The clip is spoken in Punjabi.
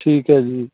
ਠੀਕ ਹੈ ਜੀ